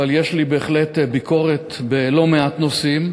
אבל יש לי בהחלט ביקורת בלא-מעט נושאים.